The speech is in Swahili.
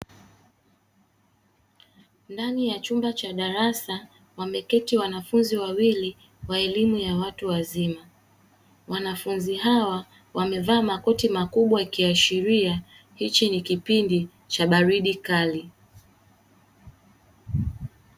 Ndani ya chumba cha darasa wameketi wanafunzi wawili wa elimu ya watu wazima, wanafunzi hawa wamevaa makoti makubwa yakiashiria hiki ni kipimdi cha baridi kali.